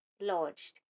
lodged